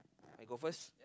I go first